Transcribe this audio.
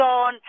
on